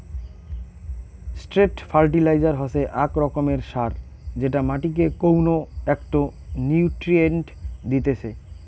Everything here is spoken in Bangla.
স্ট্রেট ফার্টিলাইজার হসে আক রকমের সার যেটা মাটিকে কউনো একটো নিউট্রিয়েন্ট দিতেছে